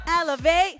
elevate